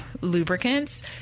lubricants